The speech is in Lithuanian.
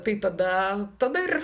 tai tada tada ir